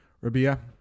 Rabia